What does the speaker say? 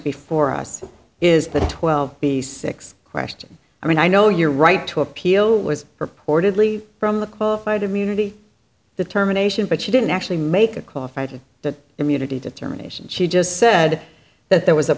before us is the twelve the six question i mean i know your right to appeal was purportedly from the qualified immunity the terminations but she didn't actually make a qualified the immunity determination she just said that there was a